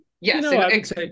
yes